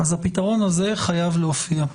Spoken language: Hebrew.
אז הפתרון הזה חייב להופיע.